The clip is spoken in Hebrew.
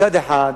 מצד אחד,